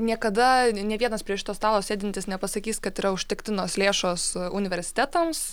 niekada ni nė vienas prie šito stalo sėdintis nepasakys kad yra užtektinos lėšos universitetams